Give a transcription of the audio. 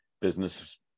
business